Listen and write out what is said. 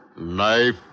Knife